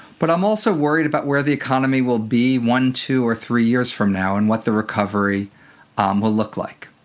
but i'm also worried about where the economy we be one, two, or three years from now and what the recovery um will look like.